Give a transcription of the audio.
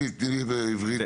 הפוסילית, תני לי בעברית מה זה.